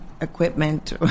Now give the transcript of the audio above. equipment